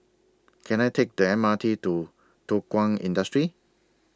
Can I Take The M R T to Thow Kwang Industry